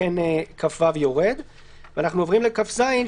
אנחנו עוברים ל-כז,